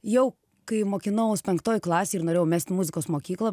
jau kai mokinaus penktoj klasėj ir norėjau mest muzikos mokyklą